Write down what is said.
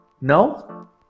no